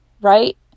right